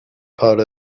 part